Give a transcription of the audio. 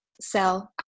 sell